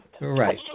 Right